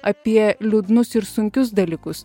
apie liūdnus ir sunkius dalykus